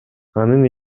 анын